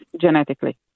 genetically